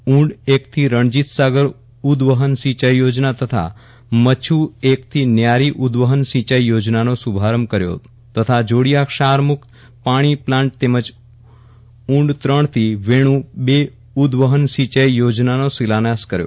ઊંડ એકથી રણજીતસાગર ઉદવહન સિંચાઈ યોજના તથા મચ્છ એકથી ન્યારી ઉદ્રવહન સિંચાઈ યોજનાનો શુભારંભ કર્યો તથા જોડિયા ક્ષારમુક્ત પાણી પ્લાન્ટ તેમજ ઊંડ ત્રણથી વેણુ બે ઉદ્દવહન સિંચાઈ યોજનાનો શિલાન્યાસ કર્યો